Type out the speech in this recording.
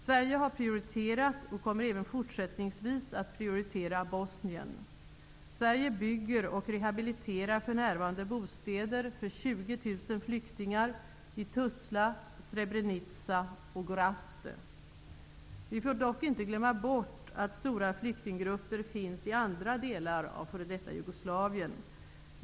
Sverige har prioriterat, och kommer även fortsättningsvis att prioritera, Bosnien. Sverige bygger och rehabiliterar för närvarande bostäder för 20 000 flyktingar i Tuzla, Srebrenica och Vi får dock inte glömma bort att stora flyktinggrupper finns i andra delar av f.d. Jugoslavien.